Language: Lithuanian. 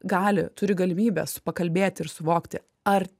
gali turi galimybę su pakalbėti ir suvokti ar